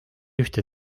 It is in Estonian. ühte